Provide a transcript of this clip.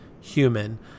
human